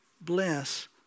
bless